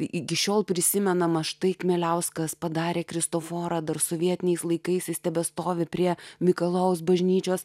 iki šiol prisimenama štai kmieliauskas padarė kristoforą dar sovietiniais laikais jis tebestovi prie mikalojaus bažnyčios